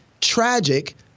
tragic